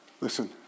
Listen